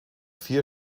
vier